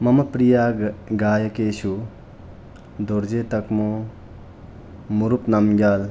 मम प्रिय गायकेषु दोरजेतक्मो मुरुक्नाम्ग्याल्